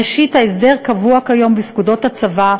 ראשית, ההסדר כיום קבוע בפקודות הצבא,